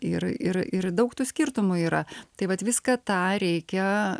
ir ir ir daug tų skirtumų yra tai vat viską tą reikia